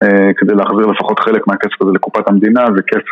כדי להחזיר לפחות חלק מהכסף הזה לקופת המדינה